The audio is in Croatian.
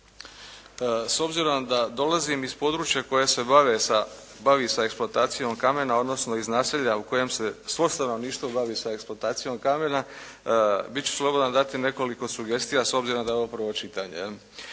S obzirom da dolazim iz područja koje se bavi sa eksploatacijom kamena, odnosno iz naselja u kojem se svo stanovništvo bavi sa eksploatacijom kamena bit ću slobodan dati nekoliko sugestija s obzirom da je ovo prvo čitanje.